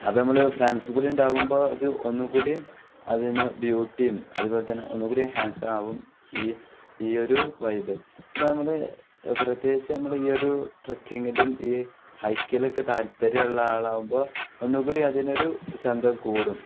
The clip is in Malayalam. അപ്പോള് നമ്മള് ഫ്രണ്ട്സ് കൂടി ഉണ്ടാവുമ്പോള് അത് ഒന്നുകൂടിയും അതിന് ബ്യൂട്ടിയും അതുപോലെതന്നെ ഒന്നുകൂടി ഹാൻസമാവും ഈ ഈ ഒരു വൈബ് അപ്പോള് നമ്മള് പ്രത്യേകിച്ച് നമ്മള് ഈ ഒരു ട്രക്കിങ്ങിലും ഈ ഹൈക്കിലൊക്കെ താല്പര്യമുള്ള ആളാവുമ്പോള് ഒന്നുകൂടി അതിനൊരു ചന്തം കൂടും